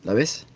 ah this